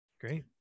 Great